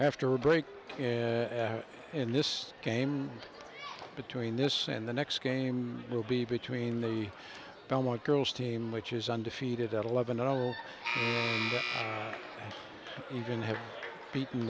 after a break in this game between this and the next game will be between the belmont girls team which is undefeated at eleven i'll even have beaten